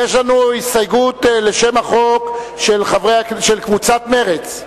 ויש לנו הסתייגות לשם החוק של קבוצת מרצ,